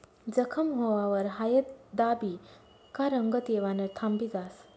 जखम व्हवावर हायद दाबी का रंगत येवानं थांबी जास